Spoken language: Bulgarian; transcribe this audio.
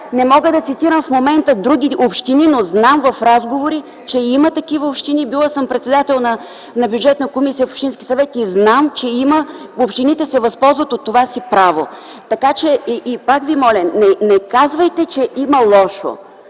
не мога да цитирам в момента други общини, но знам в разговори, че има такива общини. Била съм председател на бюджетна комисия в общински съвет и знам, че общините се възползват от това си право. И пак Ви моля, не казвайте, че има лошо.